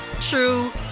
true